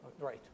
Right